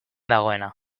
dagoena